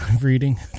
reading